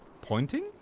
Pointing